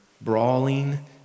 brawling